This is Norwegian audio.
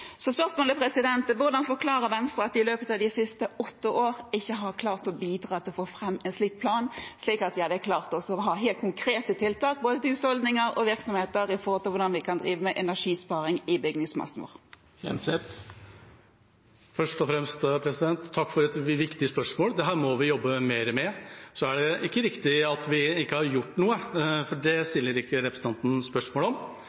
Så spørsmålet er: Hvordan forklarer Venstre at de i løpet av de siste åtte årene ikke har klart å bidra til å få fram en slik plan, slik at vi hadde klart å ha helt konkrete tiltak både for husholdninger og virksomheter for hvordan vi kan drive med energisparing i bygningsmassen vår? Først og fremst takk for et viktig spørsmål. Dette må vi jobbe mer med. Så er det ikke riktig at vi ikke har gjort noe – det stiller ikke representanten spørsmål